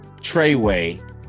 Treyway